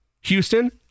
Houston